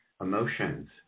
emotions